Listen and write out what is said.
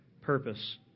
purpose